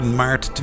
maart